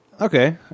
okay